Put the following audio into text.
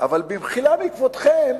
אבל, במחילה מכבודכם,